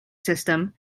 system